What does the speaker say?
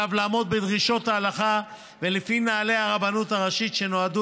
עליו לעמוד בדרישות ההלכה ובנוהלי הרבנות הראשית שנועדו